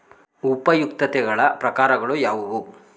ಉಪಯುಕ್ತತೆಗಳ ಪ್ರಕಾರಗಳು ಯಾವುವು?